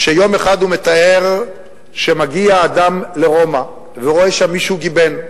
מתאר שיום אחד מגיע אדם לרומא ורואה שם גיבן.